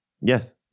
Yes